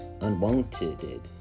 unwanted